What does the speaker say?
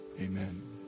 Amen